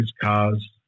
cars